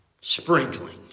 sprinkling